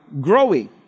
growing